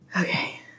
Okay